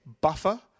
buffer –